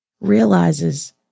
realizes